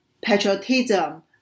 patriotism